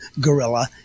gorilla